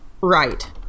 Right